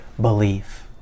belief